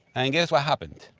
and guess what happened?